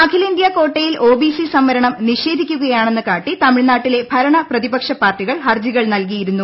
അഖിലേന്ത്യാ കാട്ടയിൽ ഒബിസി സംവരണം നിഷേധിക്കുക യാണെന്ന് കാട്ടി തമിഴ്നാട്ടിലെ ഭരണ പ്രതിപക്ഷ പാർട്ടികൾ ഹർജികൾ നൽകിയിരുന്നു